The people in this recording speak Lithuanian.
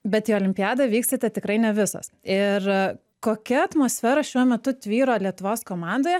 bet į olimpiadą vykstate tikrai ne visos ir kokia atmosfera šiuo metu tvyro lietuvos komandoje